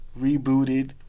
rebooted